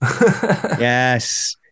Yes